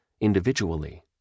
individually